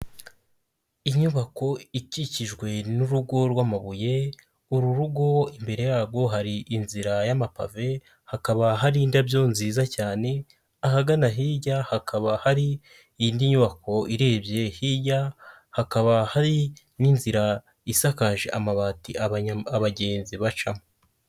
Inyubako ikikijwe n'urugo rw'amabuye, uru rugo imbere yarwo hari inzira y'amapave hakaba hari indabyo nziza cyane, ahagana hirya hakaba hari indi nyubako irebye hiya, hakaba hari n'inzira isakaje amabati abagenzi bacamo.